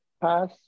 pass